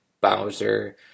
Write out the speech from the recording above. Bowser